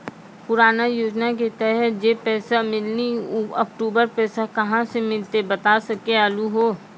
पुराना योजना के तहत जे पैसा नै मिलनी ऊ अक्टूबर पैसा कहां से मिलते बता सके आलू हो?